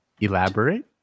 elaborate